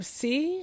see